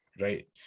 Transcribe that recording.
right